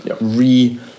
re-